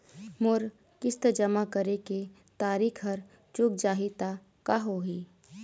मोर किस्त जमा करे के तारीक हर चूक जाही ता का होही?